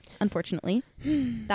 unfortunately